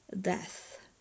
death